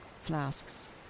flasks